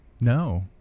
No